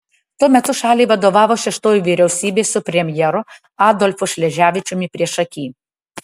tuo metu šaliai vadovavo šeštoji vyriausybė su premjeru adolfu šleževičiumi priešaky